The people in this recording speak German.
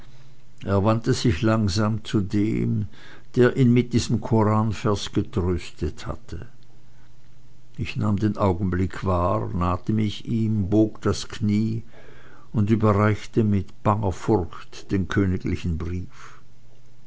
er wandte sich langsam zu dem der ihn mit diesem koranvers getröstet hatte ich nahm den augenblick wahr nahte mich ihm bog das knie und überreichte mit banger furcht den königlichen brief